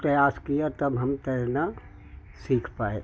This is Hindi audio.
प्रयास किए तब हम तैरना सीख पाए